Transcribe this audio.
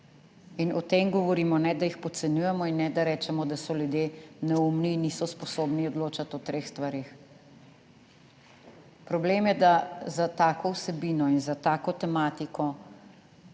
In o tem govorimo, ne da jih podcenjujemo in ne da rečemo, da so ljudje neumni in niso sposobni odločati o treh stvareh. Problem je, da za tako vsebino in za tako tematiko